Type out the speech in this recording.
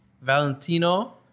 Valentino